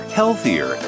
healthier